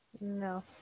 No